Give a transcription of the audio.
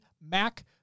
Mac